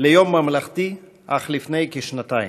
ליום ממלכתי אך לפני כשנתיים.